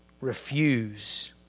refuse